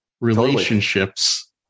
relationships